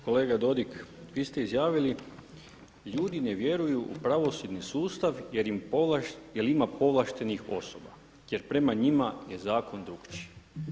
Kolega Dodig, vi ste izjavili: „Ljudi ne vjeruju u pravosudni sustav jer ima povlaštenih osoba, jer prema njima je zakon drukčiji“